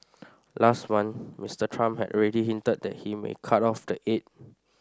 last month Mister Trump had already hinted that he may cut off the aid